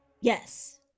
yes